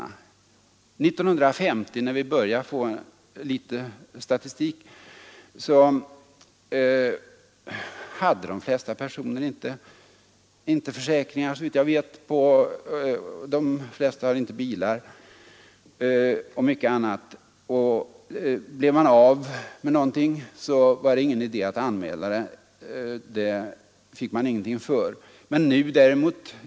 År 1950, när vi började få litet brottsstatistik, hade de flesta människor inga försäkringar. De hade t.ex. ingen bil. Och om man blev av med något var det ingen idé att anmäla det — det hade man ingenting för. Nu är det annorlunda.